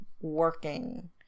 working